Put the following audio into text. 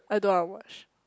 I don't wanna watch